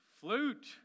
Flute